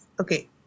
okay